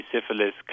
syphilis